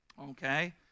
Okay